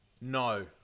no